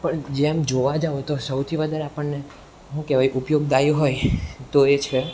પણ જેમ જોવા જાઓ તો સૌથી વધારે આપણને શું કહેવાય ઉપયોગદાયી હોય તો એ છે